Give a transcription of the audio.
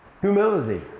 Humility